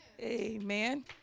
Amen